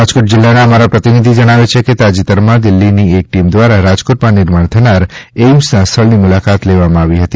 રાજકોટ જિલ્લાના અમારા પ્રતિનિધિ જણાવે છે કે તાજેતરમાં દિલ્ફીની એક ટીમ દ્વારા રાજકોટમાં નિર્માણ થનાર એઇમ્સના સ્થળની મુલાકાત લેવામાં આવી હતી